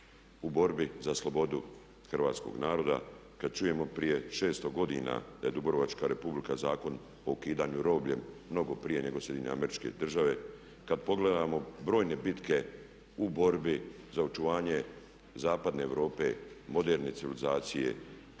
u borbi za slobodu hrvatskog naroda, kad čujemo prije 600 godina da je Dubrovačka Republika Zakon o ukidanju robljem mnogo prije nego SAD, kad pogledamo brojne bitke u borbi za očuvanje zapadne Europe, moderne civilizacije,